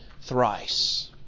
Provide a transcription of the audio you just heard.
thrice